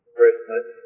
Christmas